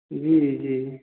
जी जी